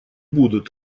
будут